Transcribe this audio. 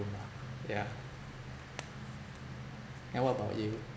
room ah yeah and what about you